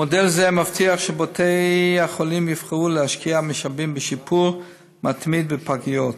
מודל זה מבטיח שבתי החולים יבחרו להשקיע משאבים בשיפור מתמיד בפגיות.